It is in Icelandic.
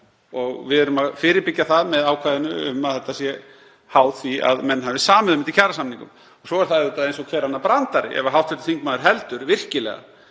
og við erum að fyrirbyggja það með ákvæðinu um að þetta sé háð því að menn hafi samið um þetta í kjarasamningum. Svo er það auðvitað eins og hver annar brandari ef hv. þingmaður heldur virkilega